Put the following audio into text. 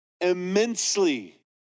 immensely